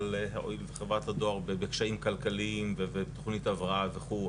אבל הואיל וחברת הדואר בקשיים כלכליים ותוכנית הבראה וכו',